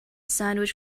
sandwich